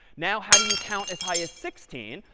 now how do you count as high as sixteen?